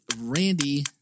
Randy